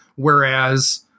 Whereas